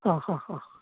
ആഹാഹാ